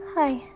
Hi